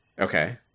Okay